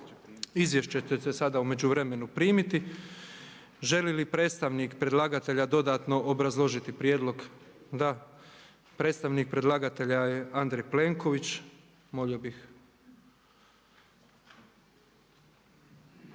Izvješće ćete sada u međuvremenu primiti. Želi li predstavnik predlagatelja dodatno obrazložiti prijedlog? Da. Predstavnik predlagatelja je Andrej Plenković. Molio bih.